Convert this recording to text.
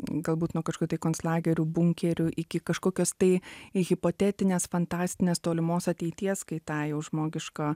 galbūt nuo kažkokių konclagerių bunkerių iki kažkokios tai hipotetinės fantastinės tolimos ateities kai tą jau žmogiško